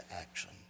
action